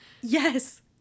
yes